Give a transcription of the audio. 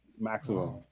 Maximum